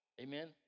Amen